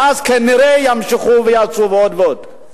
ואז כנראה ימשיכו ויעשו עוד ועוד.